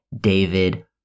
David